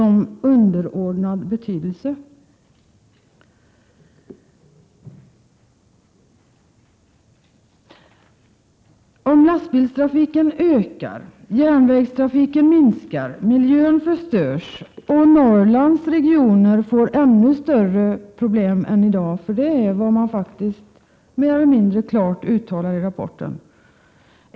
Är det av underordnad betydelse om lastbilstrafiken ökar, järnvägstrafiken minskar, miljön förstörs och Norrlands regioner får ännu större problem än i dag? Det är vad man faktiskt mer eller mindre klart uttalar i rapporten.